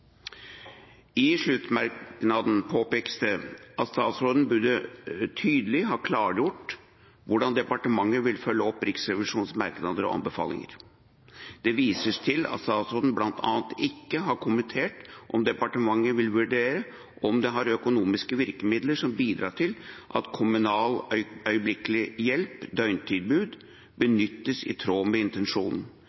I sluttmerknaden påpekes det at statsråden tydelig burde ha klargjort hvordan departementet vil følge opp Riksrevisjonens merknader og anbefalinger. Det vises til at statsråden bl.a. ikke har kommentert om departementet vil vurdere om det har økonomiske virkemidler som bidrar til at kommunal øyeblikkelig